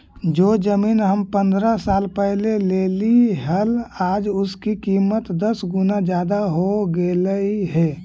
जो जमीन हम पंद्रह साल पहले लेली हल, आज उसकी कीमत दस गुना जादा हो गेलई हे